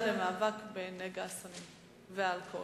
למאבק בנגע הסמים והאלכוהול.